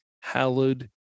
hallowed